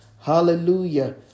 Hallelujah